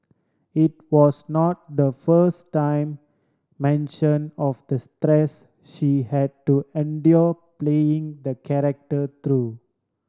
it was not the first time mention of the stress she had to endure playing the character through